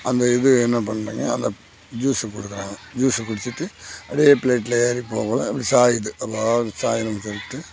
அந்த இது என்ன பண்ணுறாங்க அந்த ஜூஸை கொடுக்குறாங்க ஜூஸை குடிச்சுட்டு அப்படியே பிளைட்டில் ஏறி போகக்குள்ள அப்படி சாயுது அப்போ சாயணும் சொல்லிட்டு